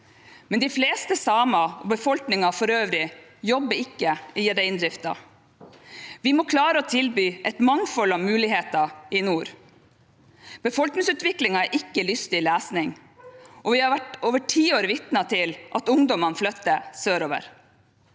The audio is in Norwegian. men de fleste samer og befolkningen for øvrig jobber ikke i reindriften. Vi må klare å tilby et mangfold av muligheter i nord. Befolkningsutviklingen er ikke lystig lesning. Vi har over tiår vært vitne til at ungdommene flyttet sørover.